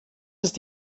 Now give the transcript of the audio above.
ist